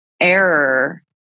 error